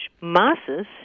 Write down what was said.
masses